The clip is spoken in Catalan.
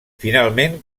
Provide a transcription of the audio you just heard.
finalment